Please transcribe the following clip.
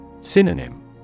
Synonym